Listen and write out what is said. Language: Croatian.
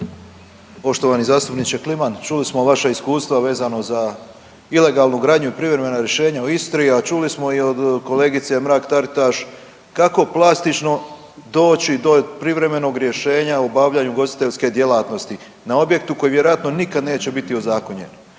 Poštovani zastupniče Kliman čuli smo vaša iskustva vezano za ilegalnu gradnju i privremena rješenja u Istri a čuli smo i od kolegice Mrak Taritaš kako plastično doći do privremenog rješenja u obavljanju ugostiteljske djelatnosti na objektu koji vjerojatno nikad neće biti ozakonjen.